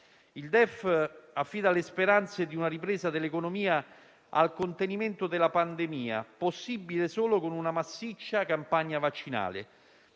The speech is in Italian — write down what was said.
Il DEF affida le speranze di una ripresa dell'economia al contenimento della pandemia, possibile solo con una massiccia campagna vaccinale.